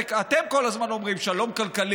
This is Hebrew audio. אתם הרי אבל אתם כל הזמן אומרים שלום כלכלי,